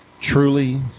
truly